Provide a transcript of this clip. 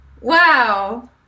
wow